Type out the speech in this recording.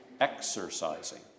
exercising